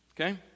Okay